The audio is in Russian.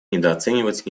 недооценивать